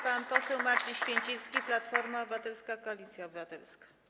Pan poseł Marcin Święcicki, Platforma Obywatelska - Koalicja Obywatelska.